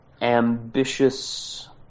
ambitious